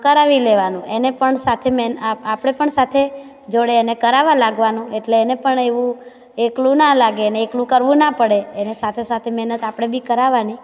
કરાવી લેવાનું એને પણ સાથે મેન આ આપણે પણ સાથે જોડે એને કરાવવા લાગવાનું એટલે એને પણ એવું એકલું ના લાગે એને એકલું કરવું ના પડે એને સાથે સાથે મહેનત આપણે બી કરાવવાની